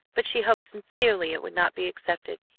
but she hoped sincerely it would not be accepted.